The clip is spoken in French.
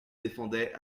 défendait